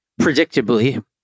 Predictably